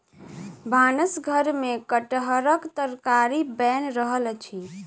भानस घर में कटहरक तरकारी बैन रहल अछि